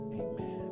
amen